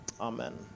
Amen